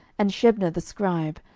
and shebna the scribe,